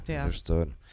Understood